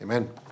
Amen